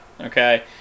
Okay